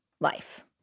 life